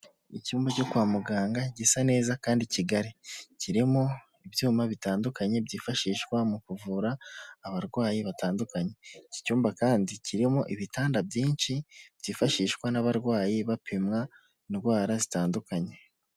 Icyumba cyo kwa muganga gisa neza kandi kigari, kirimo ibyuma bitandukanye byifashishwa mu kuvura abarwayi batandukanye, iki cyumba kandi kirimo ibitanda byinshi byifashishwa n'abarwayi bapimwa indwara zitandukanye.